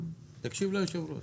תקשיב ליושב-ראש.